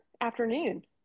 afternoon